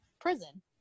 prison